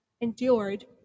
endured